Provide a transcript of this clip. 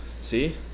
See